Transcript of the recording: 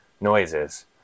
noises